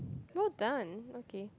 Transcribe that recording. well done okay